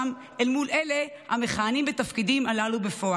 אל מול אלה המכהנים בתפקידים הללו בפועל.